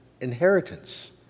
inheritance